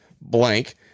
blank